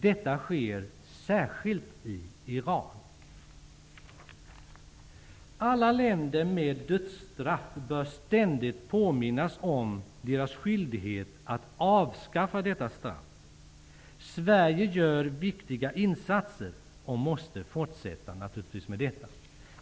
Detta sker särskilt i Iran. Alla länder med dödsstraff bör ständigt påminnas om sin skyldighet att avskaffa detta straff. Sverige gör viktiga insatser och måste fortsätta med detta.